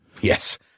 Yes